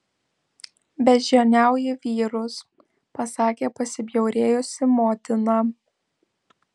beždžioniauji vyrus pasakė pasibjaurėjusi motina